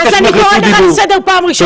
אני קוראת אותך לסדר פעם ראשונה.